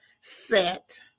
set